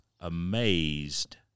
amazed